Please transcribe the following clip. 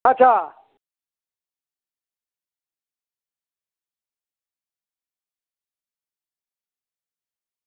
अच्छा